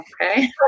Okay